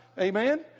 Amen